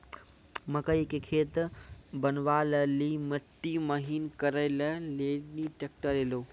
मकई के खेत बनवा ले ली मिट्टी महीन करे ले ली ट्रैक्टर ऐलो?